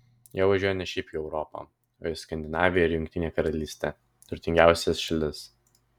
jie važiuoja ne šiaip į europą o į skandinaviją ir jungtinę karalystę turtingiausias šalis